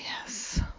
Yes